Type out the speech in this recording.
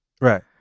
right